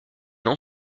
n’en